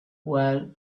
well